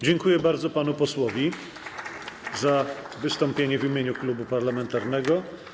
Dziękuję bardzo panu posłowi za wystąpienie w imieniu klubu parlamentarnego.